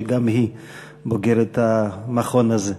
שגם היא בוגרת המכון הזה.